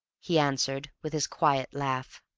he answered, with his quiet laugh.